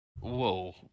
Whoa